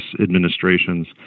administrations